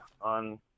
on